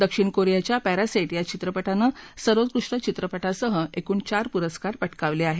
दक्षिण कोरियाच्या पैरासाई या चित्रप नं सर्वोकृष्ट चित्रप सह एकुण चार पुरस्कार प कावले आहेत